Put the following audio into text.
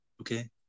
Okay